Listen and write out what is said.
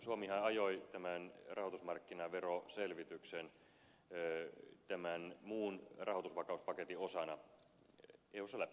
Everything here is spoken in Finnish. suomihan ajoi tämän rahoitusmarkkinaveroselvityksen tämän muun rahoitusvakauspaketin osana eussa läpi